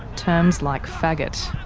terms like faggot.